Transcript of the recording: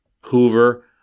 Hoover